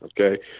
Okay